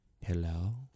Hello